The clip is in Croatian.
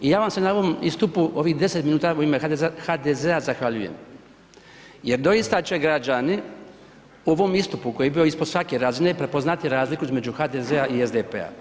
I ja vam se na ovom istupu ovih 10 minuta u ime HDZ-a zahvaljujem, jer doista će građani u ovom istupu koji je bio ispod svake razine prepoznati razliku između HDZ-a i SDP-a.